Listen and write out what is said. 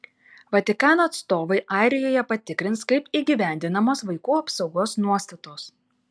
vatikano atstovai airijoje patikrins kaip įgyvendinamos vaikų apsaugos nuostatos